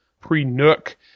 pre-Nook